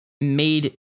made